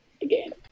again